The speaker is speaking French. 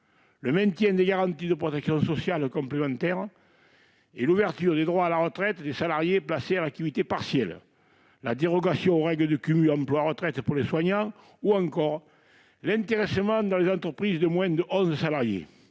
le maintien des garanties de protection sociale complémentaire, l'ouverture des droits à la retraite des salariés placés en activité partielle et la dérogation aux règles de cumul emploi-retraite pour les soignants, ainsi que l'intéressement dans les entreprises de moins de onze salariés.